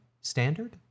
standard